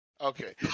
Okay